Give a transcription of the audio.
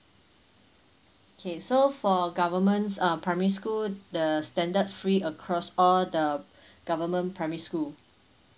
K so for governments um primary school the standard fee across all the government primary school